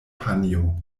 panjo